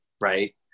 right